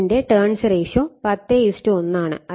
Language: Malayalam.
ഇതിന്റെ ടേൺസ് റേഷിയോ 10 1 ആണ്